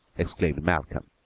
exclaimed malcolm,